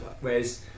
Whereas